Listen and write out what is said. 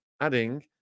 adding